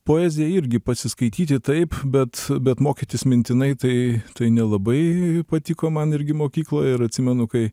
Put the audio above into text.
poeziją irgi pasiskaityti taip bet bet mokytis mintinai tai tai nelabai patiko man irgi mokykloj ir atsimenu kai